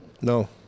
no